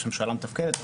יש ממשלה מתפקדת,